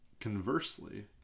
conversely